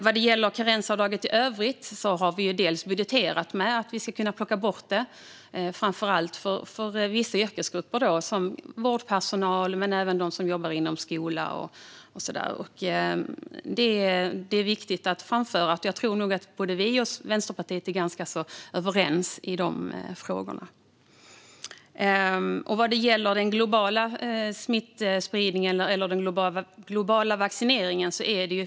Vad gäller karensavdraget i övrigt har vi budgeterat för att kunna plocka bort det för vissa yrkesgrupper, till exempel vård och skolpersonal. Jag tror att vi och Vänsterpartiet är ganska överens i dessa frågor.